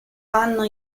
anno